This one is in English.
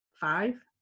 five